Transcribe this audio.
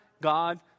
God